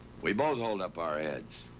we both hold up our heads.